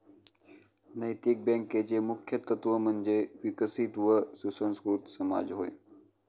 नैतिक बँकेचे मुख्य तत्त्व म्हणजे विकसित व सुसंस्कृत समाज होय